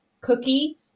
cookie